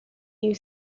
you